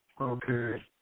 Okay